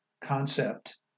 concept